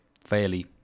fairly